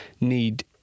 need